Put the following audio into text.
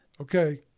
okay